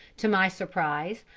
to my surprise,